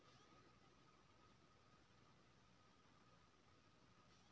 प्राकृतिक सामग्री गाछ बिरीछ, जानबर आ जमीन सँ भेटै छै